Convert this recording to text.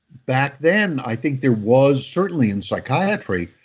back then i think there was, certainly in psychiatry,